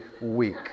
week